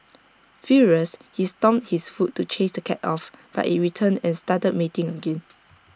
furious he stomped his foot to chase the cat off but IT returned and started mating again